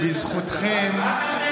חבר הכנסת גלעד קריב, קריאה ראשונה.